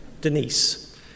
Denise